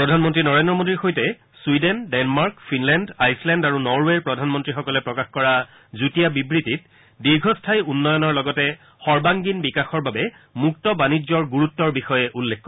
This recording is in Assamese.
প্ৰধানমন্ত্ৰী নৰেন্দ্ৰ মোডীৰ সৈতে ছুইডেন ডেনমাৰ্ক ফিনলেণ্ড আইচলেণ্ড আৰু নৰৱেৰ প্ৰধানমন্ত্ৰীসকলে প্ৰকাশ কৰা যুটীয়া বিবৃতিত দীৰ্ঘস্থায়ী উন্নয়নৰ লগতে সৰ্বাংগীণ বিকাশৰ বাবে মুক্ত বাণিজ্যৰ গুৰুত্বৰ বিষয়ে উল্লেখ কৰে